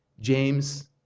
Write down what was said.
James